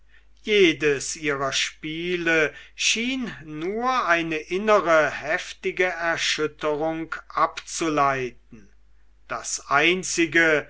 jedes ihrer spiele schien nur eine innere heftige erschütterung abzuleiten das einzige